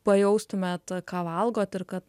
pajaustumėt ką valgot ir kad